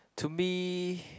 to me